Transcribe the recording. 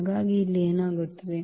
ಹಾಗಾಗಿ ಇಲ್ಲಿ ಏನಾಗುತ್ತದೆ